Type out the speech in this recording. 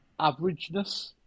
averageness